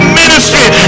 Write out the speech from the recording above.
ministry